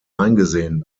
eingesehen